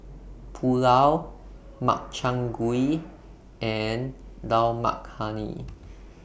Pulao Makchang Gui and Dal Makhani